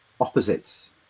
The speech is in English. opposites